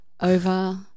over